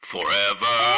Forever